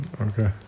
Okay